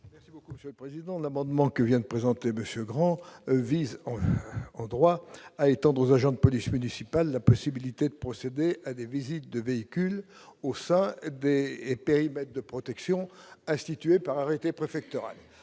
Merci beaucoup Monsieur Président l'amendement que vient de présenter, monsieur Grand vise endroit à étendre aux agents de police municipale, la possibilité de procéder à des visites de véhicules ça et périmètres de protection instituée par arrêté préfectoral,